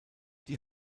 die